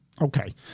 Okay